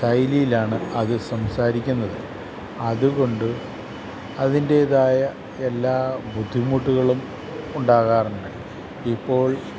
ശൈലിയിലാണ് അത് സംസാരിക്കുന്നത് അതുകൊണ്ട് അതിൻറ്റേതായ എല്ലാ ബുദ്ധിമുട്ടുകളും ഉണ്ടാകാറുണ്ട് ഇപ്പോൾ